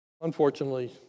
unfortunately